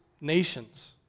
nations